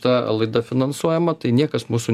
ta laida finansuojama tai niekas mūsų